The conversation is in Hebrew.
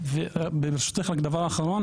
ברשותך רק דבר אחרון.